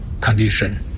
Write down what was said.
condition